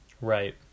Right